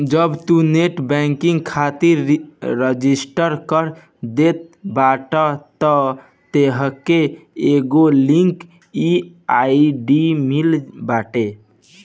जब तू net banking खातिर रजिस्टर कर देत बाटअ तअ तोहके एगो लॉग इन आई.डी मिलत बाटे